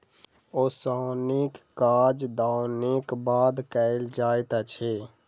ओसौनीक काज दौनीक बाद कयल जाइत अछि